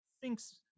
thinks